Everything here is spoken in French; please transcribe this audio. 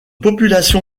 population